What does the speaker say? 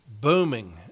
booming